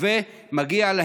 ומצד שני הן לא בדיוק שכירות,